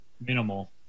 minimal